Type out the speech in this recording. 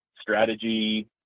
strategy